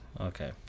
Okay